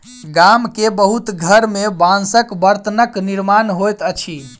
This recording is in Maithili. गाम के बहुत घर में बांसक बर्तनक निर्माण होइत अछि